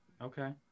Okay